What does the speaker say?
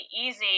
easy